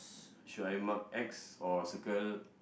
should I mark X or circle